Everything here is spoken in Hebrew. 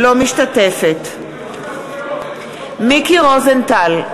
אינה משתתפת בהצבעה מיקי רוזנטל,